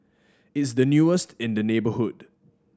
it's the newest in the neighbourhood